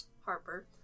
Harper